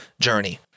journey